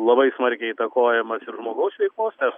labai smarkiai įtakojamas ir žmogaus veiklos ar